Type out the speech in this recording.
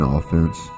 offense